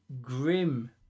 grim